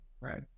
right